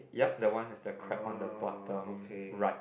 yup the one have the crab on the bottom right